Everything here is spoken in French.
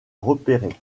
repérer